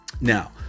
now